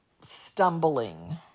stumbling